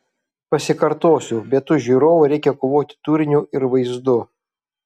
pasikartosiu bet už žiūrovą reikia kovoti turiniu ir vaizdu